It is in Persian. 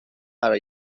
قرار